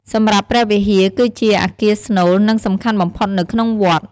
សម្រាប់ព្រះវិហារគឺជាអគារស្នូល និងសំខាន់បំផុតនៅក្នុងវត្ត។